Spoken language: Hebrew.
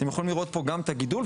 אתם יכולים לראות פה גם את הגידול,